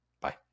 Bye